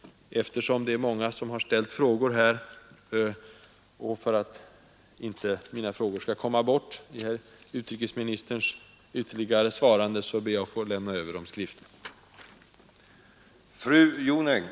Eftersom det är många som har ställt frågor här ber jag, för att inte mina frågor skall komma bort i herr utrikesministerns ytterligare svarande, att få överlämna dem skriftligt.